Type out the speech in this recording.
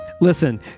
listen